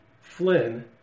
Flynn